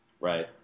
Right